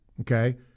Okay